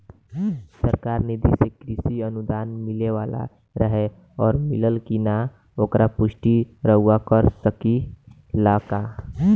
सरकार निधि से कृषक अनुदान मिले वाला रहे और मिलल कि ना ओकर पुष्टि रउवा कर सकी ला का?